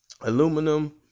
aluminum